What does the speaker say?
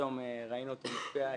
ראינו אותו מופיע אצלנו,